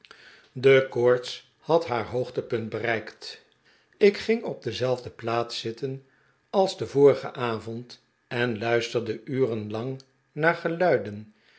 de koorts had haar hoogtepunt bereikt ik ging op dezelfde plaats zitten als den vorigen avond en luisterde uren lang naar geluiden